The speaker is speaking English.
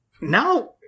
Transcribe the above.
Now